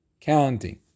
counting